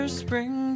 spring